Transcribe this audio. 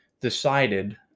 decided